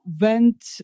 went